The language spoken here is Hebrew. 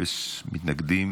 אפס מתנגדים.